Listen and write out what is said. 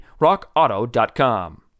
rockauto.com